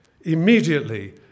immediately